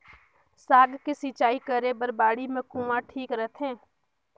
साग के सिंचाई करे बर बाड़ी मे कुआँ ठीक रहथे?